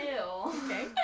Okay